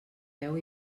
veu